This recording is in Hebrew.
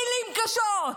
מילים קשות.